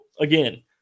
again